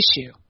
issue